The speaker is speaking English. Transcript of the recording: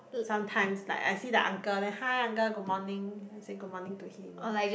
sometimes like I see the uncle then hi uncle good morning then I say good morning to him